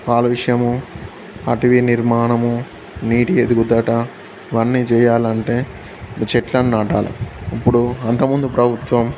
కాలుష్యం అటవీ నిర్మాణము నీటి ఎదుగుదట ఇవన్నీ చేయాలంటే చెట్లను నాటాలి ఇప్పుడు అంతముందు ప్రభుత్వం